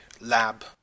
lab